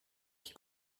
qui